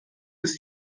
ist